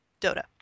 Dota